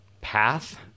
path